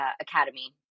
Academy